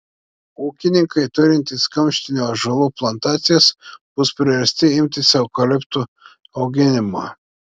ūkininkai turintys kamštinių ąžuolų plantacijas bus priversti imtis eukaliptų auginimo